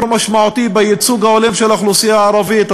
משמעותי בייצוג ההולם של האוכלוסייה הערבית,